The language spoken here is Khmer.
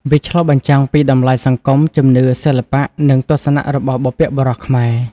វាឆ្លុះបញ្ចាំងពីតម្លៃសង្គម ជំនឿ សិល្បៈ និងទស្សនៈរបស់បុព្វបុរសខ្មែរ។